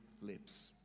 lips